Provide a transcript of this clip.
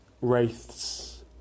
wraiths